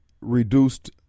reduced